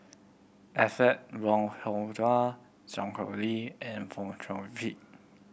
Alfred Wong Hong Kwok Sun Xueling and Fong Chong Pik